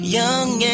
young